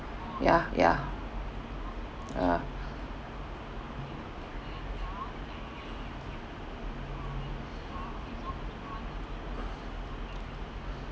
ya ya ah